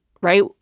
right